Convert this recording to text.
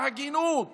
בהגינות